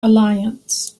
alliance